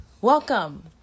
Welcome